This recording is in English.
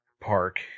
Park